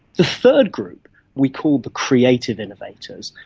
the third group we called the creative innovators.